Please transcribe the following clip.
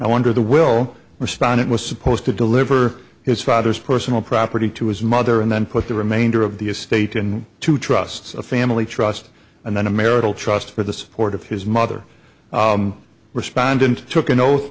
under the will respond it was supposed to deliver his father's personal property to his mother and then put the remainder of the estate and two trusts a family trust and then a marital trust for the support of his mother respondent took an oath